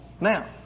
Now